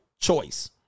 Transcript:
choice